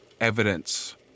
evidence